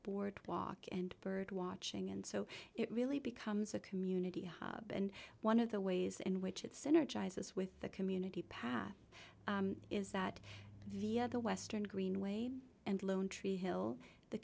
board walk and birdwatching and so it really becomes a community hub and one of the ways in which it's energizes with the community path is that via the western greenway and lone tree hill the